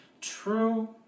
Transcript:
True